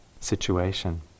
situation